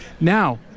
Now